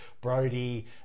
Brody